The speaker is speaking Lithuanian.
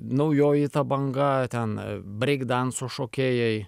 naujoji banga ten breikdanso šokėjai